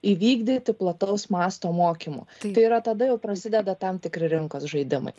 įvykdyti plataus masto mokymų tai yra tada jau prasideda tam tikri rinkos žaidimai